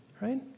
right